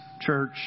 Church